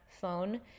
phone